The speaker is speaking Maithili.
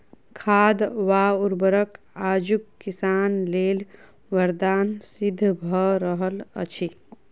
खाद वा उर्वरक आजुक किसान लेल वरदान सिद्ध भ रहल अछि